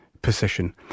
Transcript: position